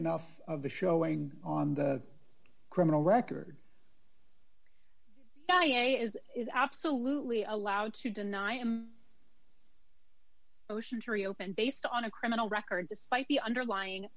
enough of the showing on the criminal record guy is is absolutely allowed to deny him oceans reopened based on a criminal record despite the underlying